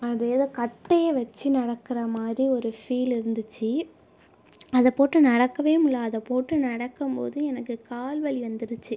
அது ஏதோ கட்டையை வச்சு நடக்குற மாரி ஒரு ஃபீல் இருந்திச்சு அதைப்போட்டு நடக்கவே முடியல அதைப்போட்டு நடக்கும்போது எனக்கு கால் வலி வந்துருச்சு